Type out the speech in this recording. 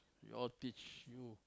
we all teach you